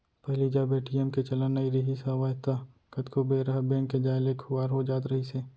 पहिली जब ए.टी.एम के चलन नइ रिहिस हवय ता कतको बेरा ह बेंक के जाय ले खुवार हो जात रहिस हे